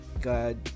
God